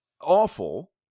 awful